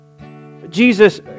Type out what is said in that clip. Jesus